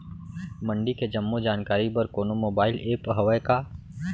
मंडी के जम्मो जानकारी बर कोनो मोबाइल ऐप्प हवय का?